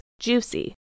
Juicy